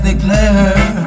Declare